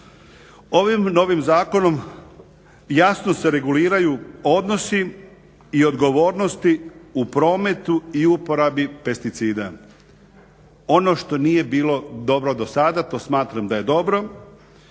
Ovim novim zakonom jasno se reguliraju odnosi i odgovornosti u prometu i uporabi pesticida. Ono što nije bilo dobro dosada to smatram da je dobro